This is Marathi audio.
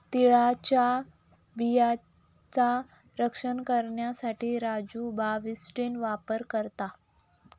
तिळाच्या बियांचा रक्षनासाठी राजू बाविस्टीन वापर करता